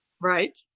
Right